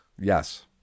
Yes